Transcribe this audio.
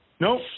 Nope